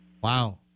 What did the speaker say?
Wow